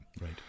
Right